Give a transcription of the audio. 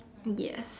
yes